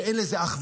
אין לזה אח ורע,